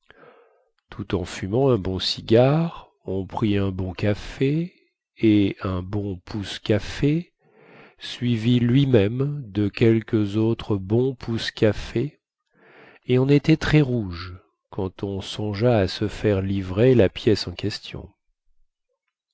tout en fumant un bon cigare on prit un bon café et un bon pousse-café suivi lui-même de quelques autres bons pousse-café et on était très rouge quand on songea à se faire livrer la pièce en question